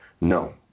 No